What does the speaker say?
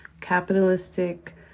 capitalistic